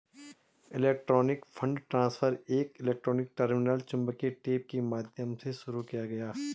electronic fund transfer एक electronic terminal चुंबकीय tape के माध्यम से शुरू किया गया